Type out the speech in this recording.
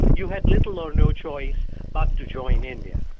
you had little or no choice but to join india.